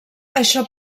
això